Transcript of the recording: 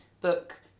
book